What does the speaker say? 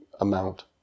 amount